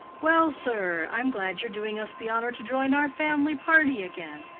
well, sir! i'm glad you're doing us the honor to join our family party again.